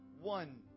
one